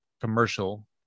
commercial